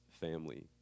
family